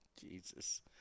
Jesus